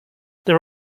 there